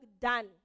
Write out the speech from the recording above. done